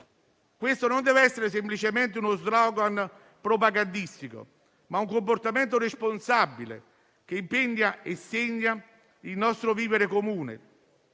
Questo non dev'essere semplicemente uno *slogan* propagandistico, ma un comportamento responsabile, che impegna e segna il nostro vivere comune,